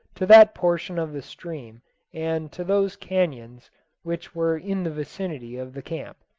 to that portion of the stream and to those canones which were in the vicinity of the camp.